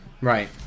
Right